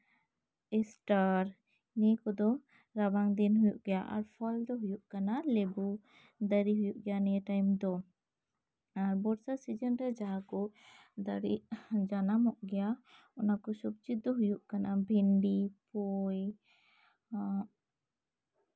Easter ᱱᱤᱭᱟᱹ ᱠᱚᱫᱚ ᱨᱟᱵᱟᱝ ᱫᱤᱱ ᱦᱩᱭᱩᱜ ᱜᱮᱭᱟ ᱟᱨ ᱯᱷᱚᱞ ᱫᱚ ᱦᱩᱭᱩᱜ ᱠᱟᱱᱟ ᱞᱮᱵᱩ ᱫᱟᱨᱮ ᱦᱩᱭᱩᱜ ᱜᱮᱭᱟ ᱱᱤᱭᱟᱹ ᱴᱟᱭᱤᱢ ᱫᱚ ᱟᱨ ᱵᱚᱨᱥᱟ ᱥᱤᱡᱤᱱ ᱨᱮ ᱡᱟᱦᱟᱸ ᱠᱚ ᱫᱟᱨᱮ ᱡᱟᱱᱟᱢᱚᱜ ᱜᱮᱭᱟ ᱚᱱᱟ ᱠᱚ ᱥᱚᱵᱡᱤ ᱫᱚ ᱦᱩᱭᱩᱜ ᱠᱟᱱᱟ ᱵᱷᱤᱱᱰᱤ ᱯᱩᱭ ᱮᱸᱜ